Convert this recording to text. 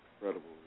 incredible